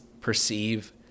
perceive